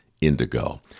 indigo